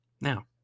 Now